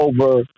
over